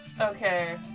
Okay